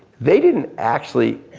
they didn't actually